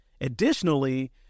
Additionally